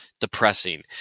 depressing